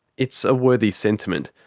it's a worthy sentiment,